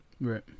right